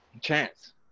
chance